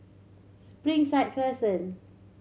Springside Crescent